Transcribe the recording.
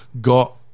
got